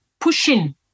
pushing